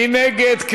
מי נגד?